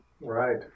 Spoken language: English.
Right